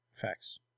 Facts